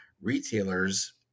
retailers